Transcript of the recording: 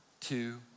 two